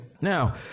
now